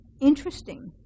interesting